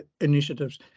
initiatives